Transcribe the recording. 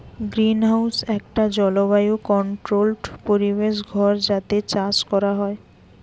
greenhouse একটা জলবায়ু controlled পরিবেশ ঘর যাতে চাষ কোরা হয়